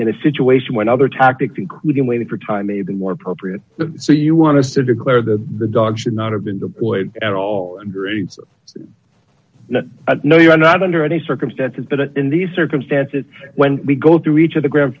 in a situation when other tactics including waiting for time may be more appropriate so you want to declare that the dog should not have been deployed at all in greece no you are not under any circumstances but in these circumstances when we go through each of the gr